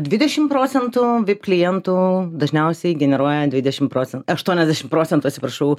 dvidešim procentų vip klientų dažniausiai generuoja dvidešim proce aštuoniasdešim procentų atsiprašau